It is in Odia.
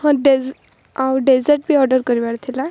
ହଁ ଡେଜ ଆଉ ଡେଜର୍ଟବି ଅର୍ଡ଼ର୍ କରିବାରଥିଲା